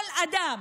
כל אדם